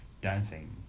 dancing